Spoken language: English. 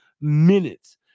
minutes